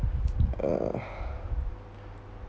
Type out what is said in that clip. uh